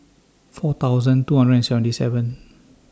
four thousand two hundred and seventy seven